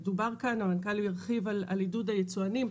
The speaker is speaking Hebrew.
המנכ"ל דיבר כאן על עידוד היצואנים,